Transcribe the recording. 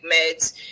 meds